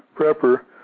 Prepper